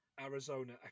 Arizona